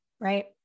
Right